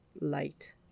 light